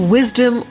Wisdom